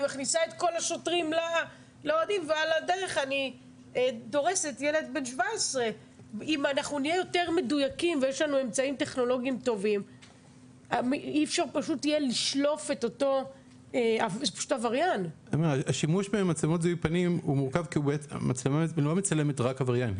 אני מכניסה את כל השוטרים לאוהדים ועל הדרך אני דורסת ילד בן 17. השימוש במצלמות זיהוי פנים הוא מורכב כי מצלמה לא מצלמת רק עבריין,